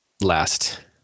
last